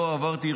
עברתי,